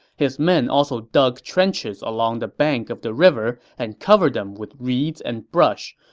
his men also dug trenches along the bank of the river and covered them with reeds and brush,